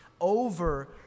over